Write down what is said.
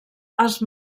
els